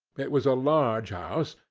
it was a large house,